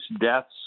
deaths